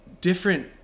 different